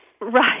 Right